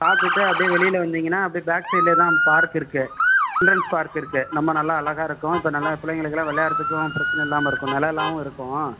சாப்பிட்டுட்டு அப்படியே வெளியில் வந்தீங்கனால் அப்படியே பேக் சைட்லே தான் பார்க் இருக்குது சில்ட்ரன்ஸ் பார்க் இருக்குது நம்ம நல்லா அழகாயிருக்கும் இப்போ நல்லா பிள்ளைங்களுக்குலாம் விளையாட்டுறதுக்கும் பிரச்சின இல்லாமல் இருக்கும் நிழலாவும் இருக்கும்